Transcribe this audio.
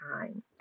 time